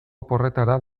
oporretara